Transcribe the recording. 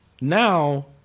Now